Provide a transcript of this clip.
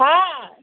ହଁ